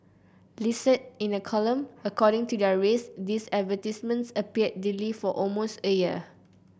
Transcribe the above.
listed in a column according to their race these advertisements appeared daily for almost a year